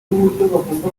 kumukubita